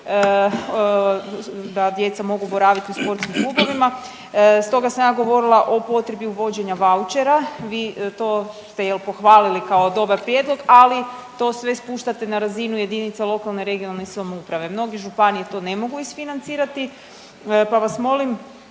da djeca mogu boraviti u sportskim klubovima, stoga sam ja govorila o potrebi uvođenja vaučera, vi to jel pohvalili kao dobar prijedlog, ali to sve spuštate na razinu jedinica lokalne i regionalne samouprave. Mnoge županije to ne mogu isfinancirati, pa vas molim